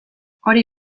hori